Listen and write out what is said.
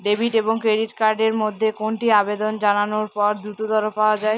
Debit এবং credit card এর মধ্যে কোনটি আবেদন জানানোর পর দ্রুততর পাওয়া য়ায়?